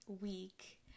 week